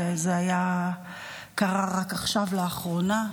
זה קרה רק עכשיו לאחרונה,